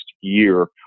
year